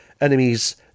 enemies